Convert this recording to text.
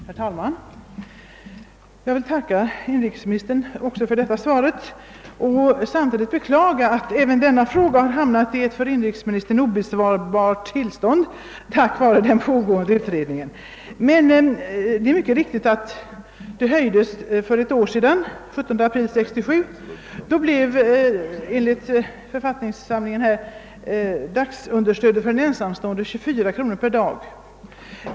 Herr talman! Jag vill tacka inrikesministern också för detta svar men samtidigt beklaga att även denna fråga för närvarande befinner sig i ett för inrikesministern obesvarbart tillstånd på grund av att den hamnat hos den nu pågående KSA-utredningen. Det är riktigt att understödens högsta belopp höjdes för ett år sedan. Den 17 april 1967 blev understödet för en ensamstående fastställt till 24 kronor per dag.